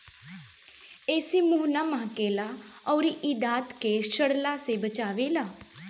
एसे मुंह ना महके ला अउरी इ दांत के सड़ला से बचावेला